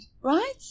right